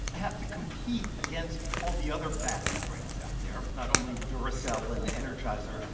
i have to compete against all the other battery brands out there not only duracell and the energizer,